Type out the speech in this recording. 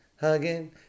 hugging